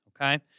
okay